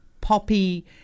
poppy